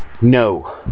No